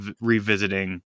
revisiting